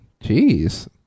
Jeez